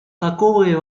таковы